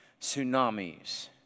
Tsunamis